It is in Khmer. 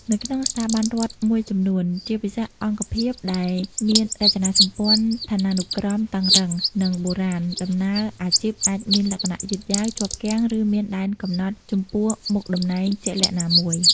នៅក្នុងស្ថាប័នរដ្ឋមួយចំនួន ជាពិសេសអង្គភាពដែលមានរចនាសម្ព័ន្ធឋានានុក្រមតឹងរ៉ឹង និងបុរាណ ដំណើរអាជីពអាចមានលក្ខណៈយឺតយ៉ាវ ជាប់គាំង ឬមានដែនកំណត់ចំពោះមុខតំណែងជាក់លាក់ណាមួយ។